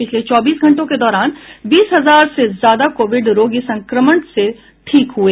पिछले चौबीस घंटों के दौरान बीस हजार से ज्यादा कोविड रोगी संक्रमण से ठीक हुए